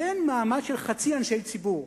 מעין מעמד של חצי אנשי ציבור,